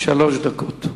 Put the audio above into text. שלוש דקות.